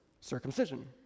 Circumcision